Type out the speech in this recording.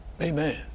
Amen